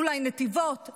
אולי נתיבות?